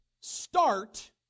start